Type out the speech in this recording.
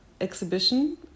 exhibition